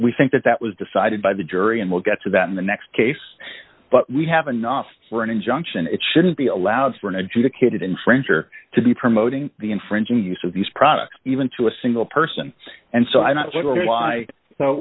we think that that was decided by the jury and we'll get to that in the next case but we have enough for an injunction it shouldn't be allowed for an educated in french or to be promoting the infringing use of these products even to a single person and so i'm not